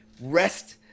rest